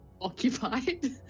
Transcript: occupied